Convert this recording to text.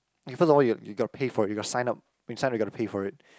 and first of all you you got to pay for it your sign up when sign up you got to pay for it